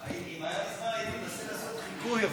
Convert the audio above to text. אם היה לי זמן הייתי מנסה לעשות חיקוי,